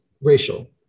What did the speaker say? racial